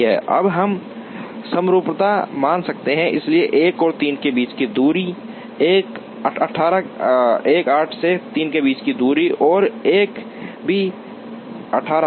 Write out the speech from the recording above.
अब हम समरूपता मान सकते हैं इसलिए 1 और 3 के बीच की दूरी 18 से 3 के बीच की दूरी है और 1 भी 18 है